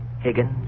Higgins